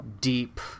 deep